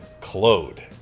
Claude